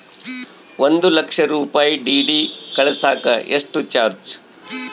ಒಂದು ಲಕ್ಷ ರೂಪಾಯಿ ಡಿ.ಡಿ ಕಳಸಾಕ ಎಷ್ಟು ಚಾರ್ಜ್?